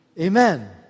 Amen